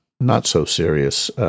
not-so-serious